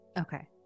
Okay